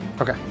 Okay